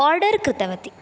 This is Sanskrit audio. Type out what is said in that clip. आर्डर् कृतवती